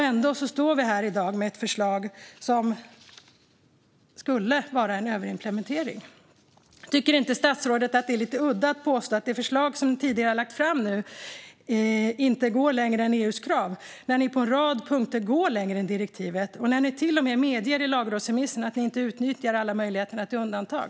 Ändå står vi här i dag med ett förslag som skulle vara en överimplementering. Tycker inte statsrådet att det är lite udda att påstå att det förslag som ni tidigare har lagt fram inte går längre än EU:s krav när ni på en rad punkter går längre än direktivet och när ni till och med medger i lagrådsremissen att ni inte utnyttjar alla möjligheter till undantag?